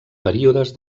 períodes